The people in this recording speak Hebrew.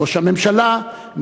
מראש הממשלה,